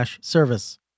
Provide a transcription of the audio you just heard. service